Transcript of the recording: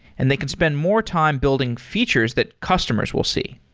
and they can spend more time building features that customers will see.